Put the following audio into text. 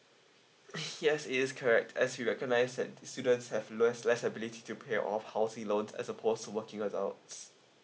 yes it is correct as you recognize that the students have less less ability to pay off housing loans as oppose to working adults